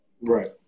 Right